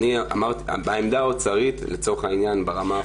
העמדה האוצרית לצורך העניין ברמה הפורמלית